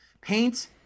paint